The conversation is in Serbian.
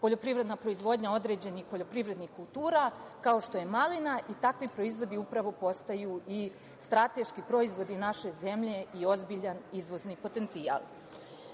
poljoprivredna proizvodnja određenih poljoprivrednih kultura, kao što je malina i takvi proizvodi upravo postaju i strateški proizvodi naše zemlje i ozbiljan izvozni potencijal. Ulaganje